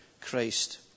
christ